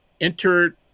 enter